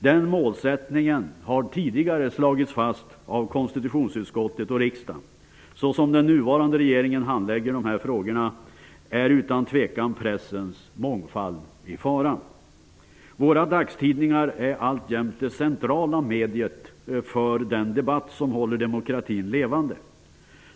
Den målsättningen har tidigare slagits fast av konstitutionsutskottet och riksdagen. Såsom den nuvarande regeringen handlägger dessa frågor är pressens mångfald utan tvivel i fara. Våra dagstidningar är alltjämt det centrala mediet för den debatt som håller demokratin levande.